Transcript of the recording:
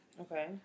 Okay